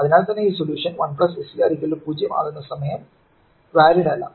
അതിനാൽ തന്നെ ഈ സൊല്യൂഷൻ 1 S C R 0 ആകുന്ന സമയം വാലിഡ് അല്ല